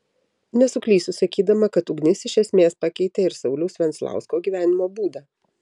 nesuklysiu sakydama kad ugnis iš esmės pakeitė ir sauliaus venclausko gyvenimo būdą